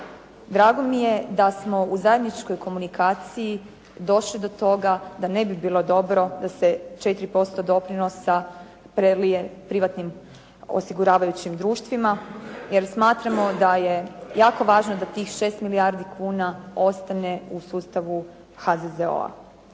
Drago mi je da smo u zajedničkoj komunikaciji došli do toga da ne bi bilo dobro da se 4% doprinosa prelije privatnim osiguravajućim društvima jer smatramo da je jako važno da tih 6 milijardi kuna ostane u sustavu HZZO.